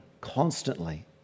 constantly